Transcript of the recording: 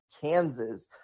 Kansas